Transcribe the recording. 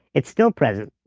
it's still present.